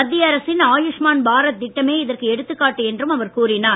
மத்திய அரசின் ஆயுஷ்மான் பாரத் திட்டமே இதற்கு எடுத்துக்காட்டு என்றும் அவர் கூறினார்